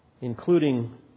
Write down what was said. Including